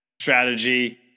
strategy